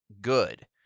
good